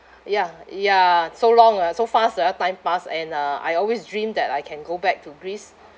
ya ya so long ah so fast ah time passed and uh I always dream that I can go back to greece